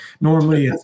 normally